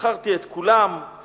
מכרתי את כולם /